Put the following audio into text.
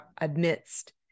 amidst